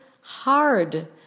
hard